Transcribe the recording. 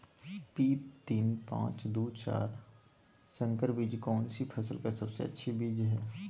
P तीन पांच दू चार संकर बीज कौन सी फसल का सबसे अच्छी बीज है?